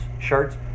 shirts